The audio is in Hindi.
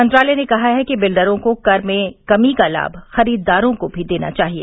मंत्रालय ने कहा है कि बिल्डरों को कर में कमी का लाम खरीदारों को भी देना चाहिए